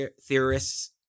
theorists